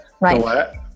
Right